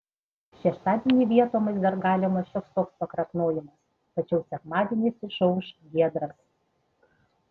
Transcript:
šeštadienį vietomis dar galimas šioks toks pakrapnojimas tačiau sekmadienis išauš giedras